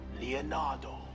Leonardo